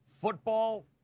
football